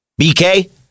BK